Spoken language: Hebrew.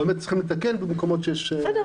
וצריך לתקן במקומות שיש --- בסדר,